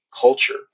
culture